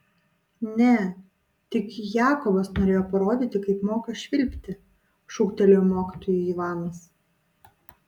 ne tik jakobas norėjo parodyti kaip moka švilpti šūktelėjo mokytojui ivanas